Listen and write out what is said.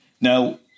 Now